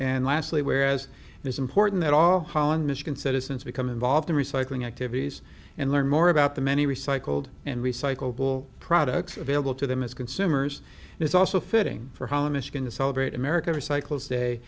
and lastly whereas it is important that all holland michigan citizens become involved in recycling activities and learn more about the many recycled and recyclable products available to them as consumers and it's also fitting for holland michigan to celebrate america recycles day